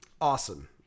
Awesome